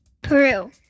Peru